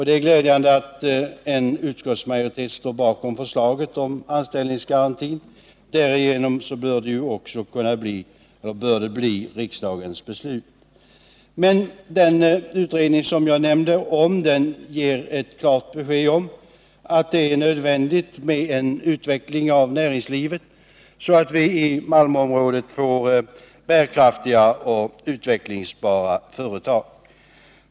Det är glädjande att en utskottsmajoritet står bakom förslaget om anställningsgarantin. Därigenom bör det också bli riksdagens beslut. Men den utredning jag nämnde ger också klart besked om att det är nödvändigt med en utveckling av näringslivet så att vi i Malmöområdet får bärkraftiga och utvecklingsbara företag.